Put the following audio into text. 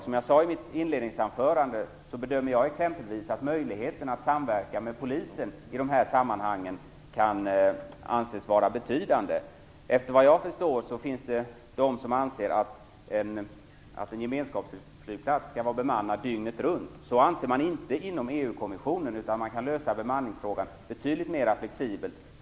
Som jag sade i mitt inledningsanförande bedömer jag exempelvis att möjligheten att samverka med polisen i dessa sammanhang kan anses vara betydande. Efter vad jag förstår finns det de som anser att en gemenskapsflygplats skall vara bemannad dygnet runt. Så anser man inte inom EU-kommissionen. Man kan lösa bemanningsfrågan betydligt mera flexibelt.